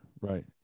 right